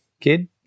kid